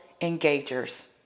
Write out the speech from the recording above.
engagers